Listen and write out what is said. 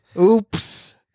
Oops